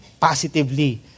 positively